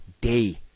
day